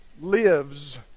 lives